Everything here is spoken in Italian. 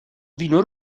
vino